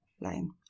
line